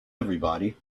everybody